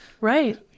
Right